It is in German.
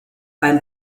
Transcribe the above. beim